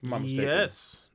Yes